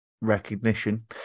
recognition